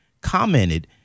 commented